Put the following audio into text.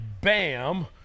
bam